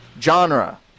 genre